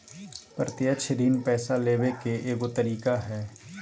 प्रत्यक्ष ऋण पैसा लेबे के एगो तरीका हइ